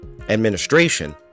administration